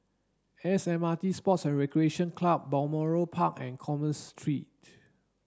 S M R T Sports and Recreation Club Balmoral Park and Commerce Street